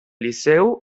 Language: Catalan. liceu